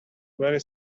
very